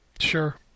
Sure